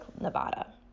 Nevada